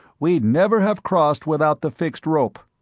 we'd never have crossed without the fixed rope.